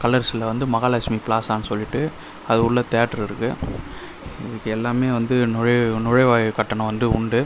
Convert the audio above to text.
கலர்ஸில் வந்து மஹாலக்ஷ்மி பிளாசான்னு சொல்லிவிட்டு அது உள்ளே தியேட்டர் இருக்கு எல்லாமே வந்து நுழைவு நுழைவுவாயில் கட்டணம் வந்து உண்டு